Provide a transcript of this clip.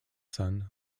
son